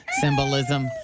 symbolism